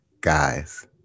guys